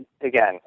again